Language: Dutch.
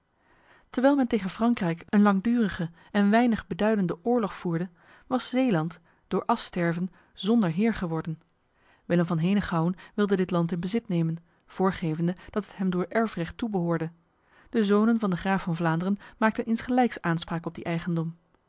terwijl men tegen frankrijk een langdurige en weinig beduidende oorlog voerde was zeeland door afsterven zonder heer geworden willem van henegouwen wilde dit land in bezit nemen voorgevende dat het hem door erfrecht toebehoorde de zonen van de graaf van vlaanderen maakten insgelijks aanspraak op die eigendom